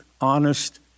honest